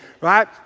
right